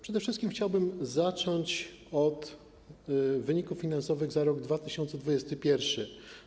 Przede wszystkim chciałbym zacząć od wyników finansowych za rok 2021.